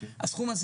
הסכום הזה